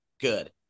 Good